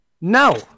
No